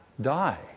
Die